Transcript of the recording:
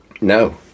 No